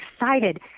excited